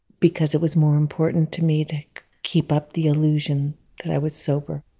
because it was more important to me to keep up the illusion that i was sober.